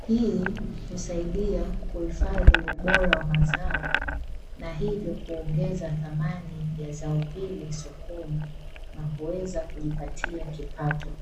Hii husaidia kuhifadhi ubora wa mazao, na hivyo kuongeza thamani ya zao hili sokoni na kuweza kujipatia kipato.